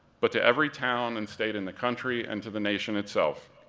but to every town and state in the country, and to the nation itself.